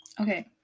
Okay